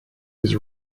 his